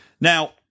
Now